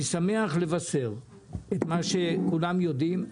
אני שמח לבשר את מה שכולם יודעים.